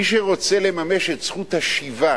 מי שרוצה לממש את זכות השיבה